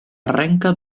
arrenca